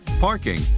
parking